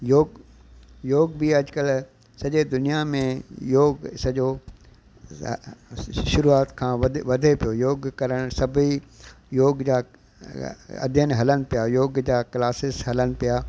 योग योग बि अॼुकल्ह सॼे दुनिया में योग सॼो शुरूआति खां वध वधे पियो योग करणु सभेई योग जा अध्यन हलनि पिया योग जा क्लासिस हलनि पिया